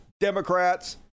Democrats